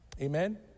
Amen